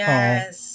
Yes